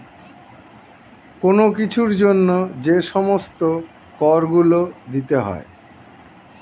কোন কিছুর জন্য যে সমস্ত কর গুলো দিতে হয়